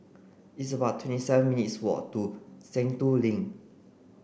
it's about twenty seven minutes' walk to Sentul Link